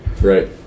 Right